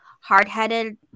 hard-headed